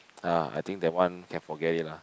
!aiya! I think that one can forget it lah